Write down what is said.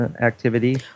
activity